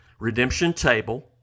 redemptiontable